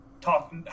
talk